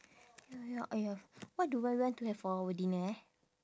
ya ya !aiya! what do I want to have for our dinner eh